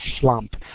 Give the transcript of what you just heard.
slump